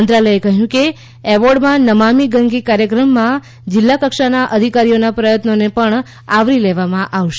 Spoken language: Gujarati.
મંત્રાલયે કહ્યું કે એવોર્ડમાં નમામી ગંગે કાર્યક્રમમાં જિલ્લા કક્ષાના અધિકારીઓના પ્રયત્નોને આવરી લેવાશે